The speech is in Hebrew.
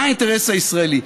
מה האינטרס הישראלי?